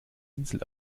insel